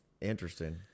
Interesting